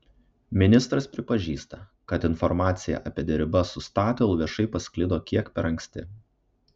ministras pripažįsta kad informacija apie derybas su statoil viešai pasklido kiek per anksti